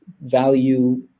value